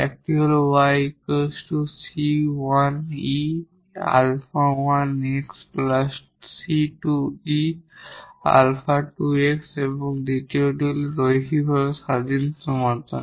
একটি হল y 𝑐1𝑒 𝛼1𝑥 𝑐2𝑒 𝛼2𝑥 এবং এই দ্বিতীয়টি হল লিনিয়ারভাবে ইন্ডিপেন্ডেন্ট সমাধান